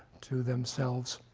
to themselves.